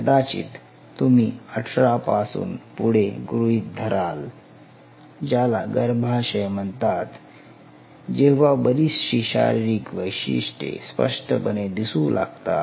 कदाचित तुम्ही 18 पासून पुढे गृहीत धराल ज्याला गर्भाशय म्हणतात जेव्हा बरीचशी शारीरिक वैशिष्ट्ये स्पष्टपणे दिसू लागतात